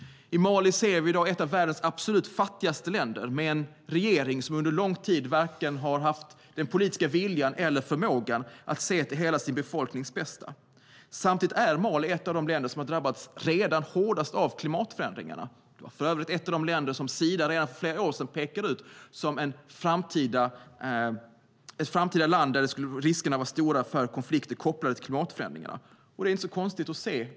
Mali är ett av världens fattigaste länder med en regering som under lång tid inte har haft vare sig den politiska viljan eller förmågan att se till hela befolkningens bästa. Mali är ett av de länder som redan har drabbats hårt av klimatförändringarna. Det är ett av de länder som Sida redan för flera år sedan pekade ut som ett land där riskerna var stora för framtida konflikter kopplade till klimatförändringarna. Det är inte så konstigt.